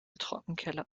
trockenkeller